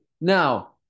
Now